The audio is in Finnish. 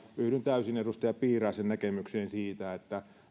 yhdyn täysin edustaja piiraisen näkemykseen siitä että